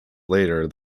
later